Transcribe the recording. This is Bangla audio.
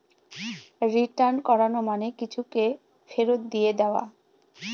রিটার্ন করানো মানে কিছুকে ফেরত দিয়ে দেওয়া